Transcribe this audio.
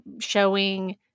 showing